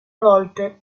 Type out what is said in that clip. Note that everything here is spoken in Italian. volte